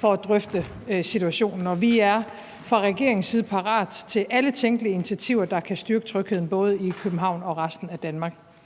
til at drøfte situationen, og vi er fra regeringens side parat til alle tænkelige initiativer, der kan styrke trygheden, både i København og i resten af Danmark.